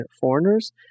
foreigners